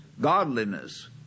godliness